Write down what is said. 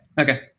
Okay